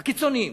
הקיצונים.